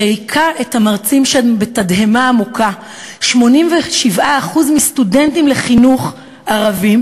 שהכה את המרצים שם בתדהמה עמוקה: 87% מהסטודנטים לחינוך הערבים